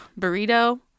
Burrito